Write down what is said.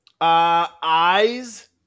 Eyes